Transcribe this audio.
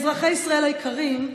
אזרחי ישראל היקרים,